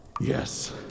Yes